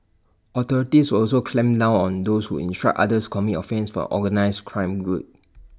authorities will also clamp down on those who instruct others commit offences for organised crime group